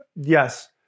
Yes